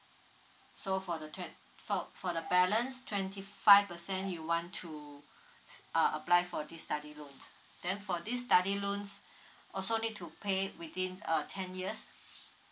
so for the twenty for the balance twenty five percent you want to uh apply for this study loan then for this study loan also need to pay within uh ten years